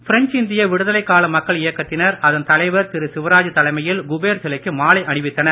பிரெஞ்சிந்திய விடுதலை கால மக்கள் இயக்கத்தினர் அதன் தலைவர் திரு சிவராஜ் தலைமையில் குபேர் சிலைக்கு மாலை அணிவித்தனர்